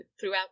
throughout